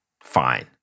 fine